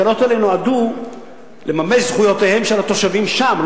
התקנות האלה נועדו לממש את זכויותיהם של התושבים שם,